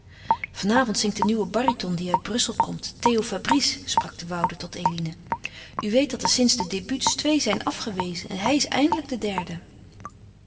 vanavond zingt de nieuwe baryton die uit brussel komt theo fabrice sprak de woude tot eline u weet dat er sinds de débuts twee zijn afgewezen hij is eindelijk de derde